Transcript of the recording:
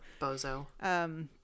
Bozo